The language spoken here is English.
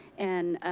and